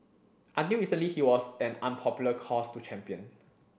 until recently he was an unpopular cause to champion